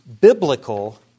biblical